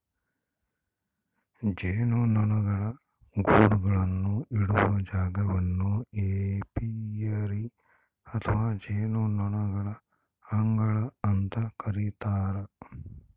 ಜೇನುನೊಣಗಳ ಗೂಡುಗಳನ್ನು ಇಡುವ ಜಾಗವನ್ನು ಏಪಿಯರಿ ಅಥವಾ ಜೇನುನೊಣಗಳ ಅಂಗಳ ಅಂತ ಕರೀತಾರ